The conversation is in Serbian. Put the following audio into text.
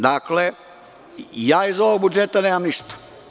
Dakle, ja iz ovog budžeta nemam ništa.